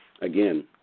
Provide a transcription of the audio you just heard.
again